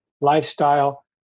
lifestyle